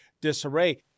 disarray